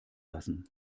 lassen